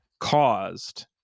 caused